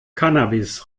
cannabis